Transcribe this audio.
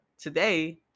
today